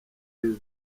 heza